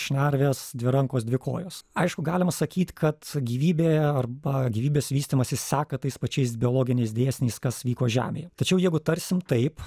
šnerves dvi rankos dvi kojos aišku galima sakyt kad gyvybė arba gyvybės vystymasis seka tais pačiais biologiniais dėsniais kas vyko žemėj tačiau jeigu tarsim taip